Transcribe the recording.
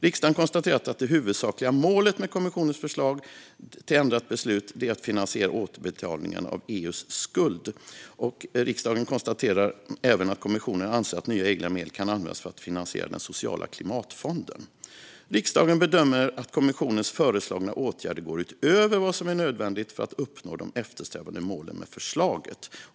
Riksdagen konstaterar att det huvudsakliga målet med kommissionens förslag till ändrat beslut om egna medel är att finansiera återbetalningen av EU:s skuld . Riksdagen konstaterar även att kommissionen anför att nya egna medel kan användas för att finansiera den sociala klimatfonden. Riksdagen bedömer att kommissionens föreslagna åtgärder går utöver vad som är nödvändigt för att uppnå de eftersträvade målen med förslaget."